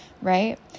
Right